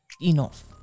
enough